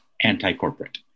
anti-corporate